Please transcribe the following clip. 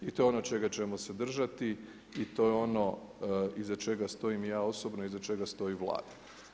I to je ono čega ćemo se držati, i to je ono iza čega stojim ja osobno, iza čega stoji Vlada.